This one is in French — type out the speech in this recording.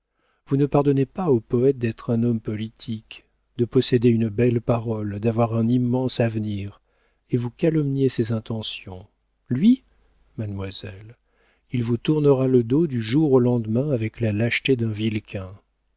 vous ne pardonnez pas au poëte d'être un homme politique de posséder une belle parole d'avoir un immense avenir et vous calomniez ses intentions lui mademoiselle il vous tournera le dos du jour au lendemain avec la lâcheté d'un